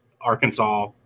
Arkansas